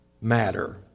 matter